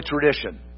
tradition